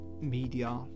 media